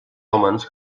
hòmens